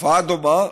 תופעה דומה,